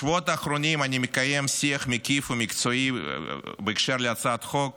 בשבועות האחרונים אני מקיים שיח מקיף ומקצועי בקשר להצעת החוק